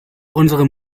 unsere